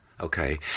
okay